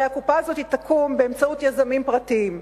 הרי הקופה הזאת תקום באמצעות יזמים פרטיים.